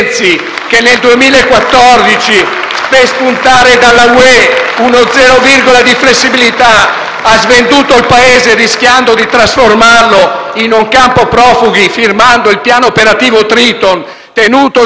per spuntare dalla Ue uno zero virgola di flessibilità ha svenduto il Paese, rischiando di trasformarlo in un campo profughi, firmando il piano operativo Triton, tenuto nascosto per tre anni al Parlamento,